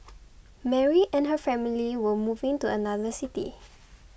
Mary and her family were moving to another city